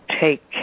take